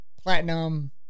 platinum